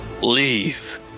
Leave